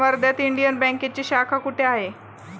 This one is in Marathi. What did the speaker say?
वर्ध्यात इंडियन बँकेची शाखा कुठे आहे?